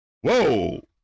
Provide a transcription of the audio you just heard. whoa